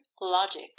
logic